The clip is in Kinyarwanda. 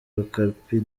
okapi